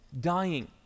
dying